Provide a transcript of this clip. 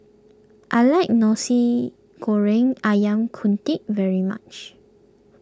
I like Nasi Goreng Ayam Kunyit very much